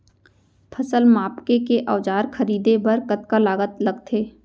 फसल मापके के औज़ार खरीदे बर कतका लागत लगथे?